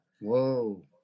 whoa